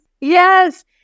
Yes